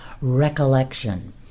recollection